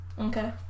Okay